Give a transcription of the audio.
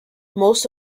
most